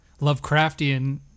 Lovecraftian